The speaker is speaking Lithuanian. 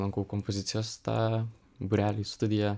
lankau kompozicijas tą būrelį studiją